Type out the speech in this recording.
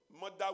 mother